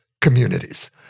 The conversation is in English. communities